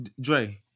Dre